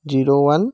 zero one